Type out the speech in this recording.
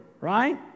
right